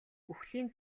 үхлийн